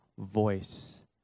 voice